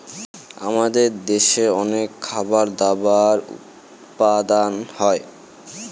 আমাদের দেশে অনেক খাবার দাবার উপাদান হয়